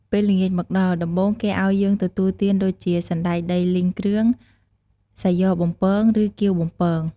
ពេលល្ងាចមកដល់ ដំបូងគេឲ្យយើងទទួលទានដូចជា សណ្តែកដីលីងគ្រឿង សាយ៉បំពងឬគាវបំពង ។